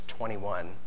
21